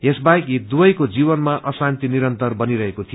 यस बाहेक यी दुवैको जीवनमा अशान्ती निरन्तर बनिरहेको थियो